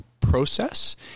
process